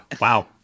wow